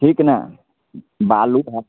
ठीक ने बालू हाएत